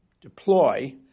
deploy